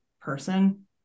person